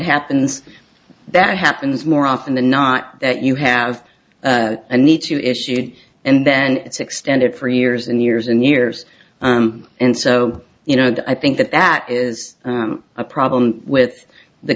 happens that happens more often than not that you have a need to issue and then it's extended for years and years and years and so you know i think that that is a problem with the